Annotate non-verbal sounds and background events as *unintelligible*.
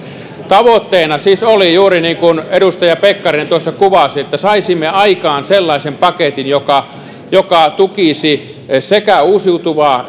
tavoitteena siis oli juuri niin kuin edustaja pekkarinen tuossa kuvasi että saisimme aikaan sellaisen paketin joka joka tukisi sekä uusiutuvaa *unintelligible*